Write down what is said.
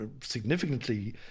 significantly